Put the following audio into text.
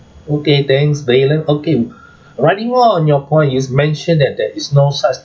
okay thanks valen okay on your point it's mentioned that there is no such